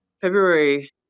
February